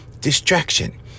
distraction